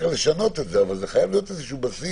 כך לשנות את זה אבל חייב להיות איזשהו בסיס